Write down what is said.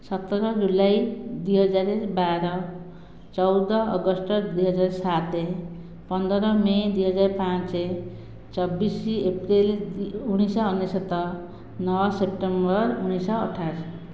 ସତର ଜୁଲାଇ ଦୁଇ ହଜାର ବାର ଚଉଦ ଅଗଷ୍ଟ ଦୁଇହଜାର ସାତ ପନ୍ଦର ମେ' ଦୁଇହଜାର ପାଞ୍ଚ ଚବିଶ ଏପ୍ରିଲ ଉଣେଇଶ ଶହ ଅନେଶତ ନଅ ସେପ୍ଟେମ୍ବର ଉଣେଇଶ ଶହ ଅଠାଅସି